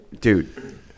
dude